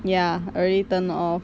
ya already turn off